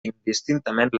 indistintament